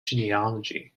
genealogy